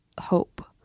hope